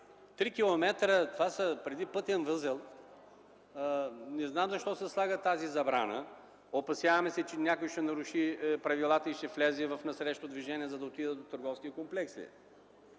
Три километра преди пътен възел – не знам защо се слага тази забрана. Опасяваме се, че някой ще наруши правилата и ще влезе в насрещното движение, за да отиде до търговския комплекс